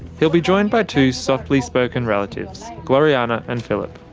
he'll be joined by two softly-spoken relatives, gloriana and phillip.